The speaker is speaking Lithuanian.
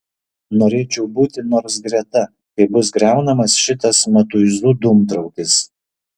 norėčiau būti nors greta kai bus griaunamas šitas matuizų dūmtraukis